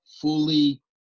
fully